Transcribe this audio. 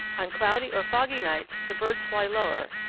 on cloudy or foggy nights the birds fly lower,